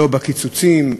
לא בקיצוצים,